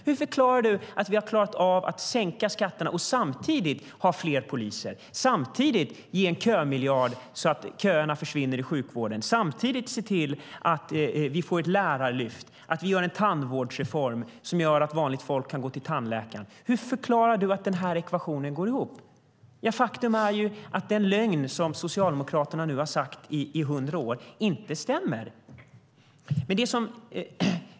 Hur förklarar han att vi har klarat av att sänka skatterna och samtidigt har fler poliser, ger en kömiljard så att köerna i sjukvården försvinner, ser till att vi får ett lärarlyft, genomför en tandvårdsreform som gör att vanligt folk kan gå till tandläkaren? Hur förklarar han att den ekvationen går ihop? Faktum är att det som Socialdemokraterna upprepat i hundra år inte stämmer.